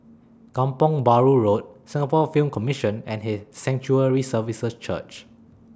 Kampong Bahru Road Singapore Film Commission and His Sanctuary Services Church